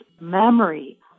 memory